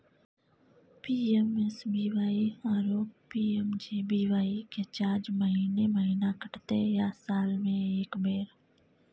PMSBY आरो PMJBY के charge महीने महीना कटते या साल म एक बेर?